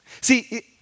see